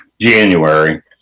January